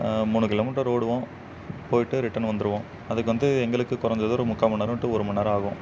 மூணு kilometre ஓடுவோம் போய்ட்டு ரிட்டன் வந்துடுவோம் அதுக்கு வந்து எங்களுக்கு குறஞ்சது ஒரு முக்கால் மணி நேரம் டூ ஒரு மணி நேரம் ஆகும்